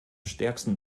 stärksten